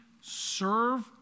serve